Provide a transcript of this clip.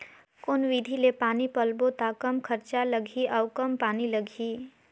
कौन विधि ले पानी पलोबो त कम खरचा लगही अउ कम पानी लगही?